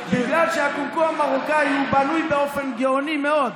בגלל שהקומקום המרוקאי בנוי באופן גאוני מאוד,